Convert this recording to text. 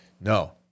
No